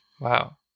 Wow